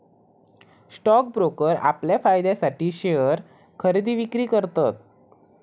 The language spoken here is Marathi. स्टॉक ब्रोकर आपल्या फायद्यासाठी शेयर खरेदी विक्री करतत